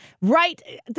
Right